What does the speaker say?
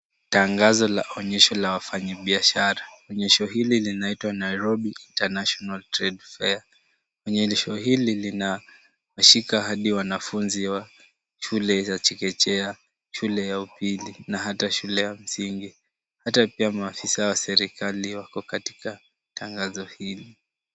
Tangazo la onyesho la wafanyibiashara. Onyesho hili linaitwa Nairobi International Trade Date. Onyesho hili linashuka hadi wanafunzi wa shule za chekechea, shule za upili na shule za msingi. Maafisa wa serikali wako katika tangazo hili.